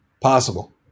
Possible